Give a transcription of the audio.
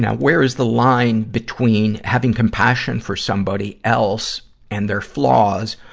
and where is the line between having compassion for somebody else and their flaws,